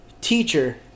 Teacher